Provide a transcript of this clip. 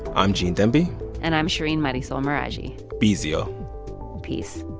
i'm gene demby and i'm shereen marisol meraji be easy, y'all peace